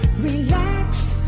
relaxed